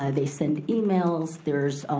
ah they send emails, there's